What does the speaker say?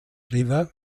river